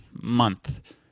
month